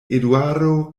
eduardo